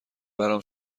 برام